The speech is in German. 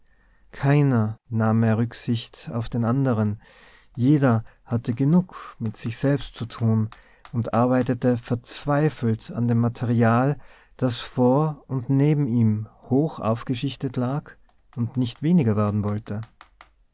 keiner nahm mehr rücksicht auf den anderen jeder hatte genug mit sich selbst zu tun und arbeitete verzweifelt an dem material das vor und neben ihm hoch aufgeschichtet lag und nicht weniger werden wollte